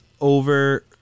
over